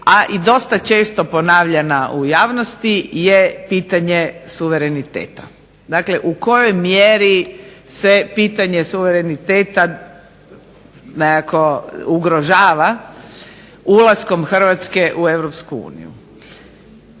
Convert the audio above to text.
a i dosta često ponavljana u javnosti je pitanje suvereniteta. Dakle, u kojoj mjeri se pitanje suvereniteta nekako ugrožava ulaskom Hrvatske u